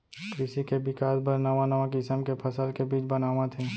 कृसि के बिकास बर नवा नवा किसम के फसल के बीज बनावत हें